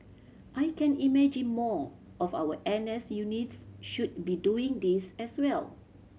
I can imagine more of our N S units should be doing this as well